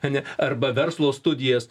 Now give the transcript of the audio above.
ane arba verslo studijas